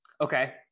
Okay